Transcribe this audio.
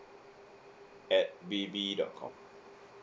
at B B dot com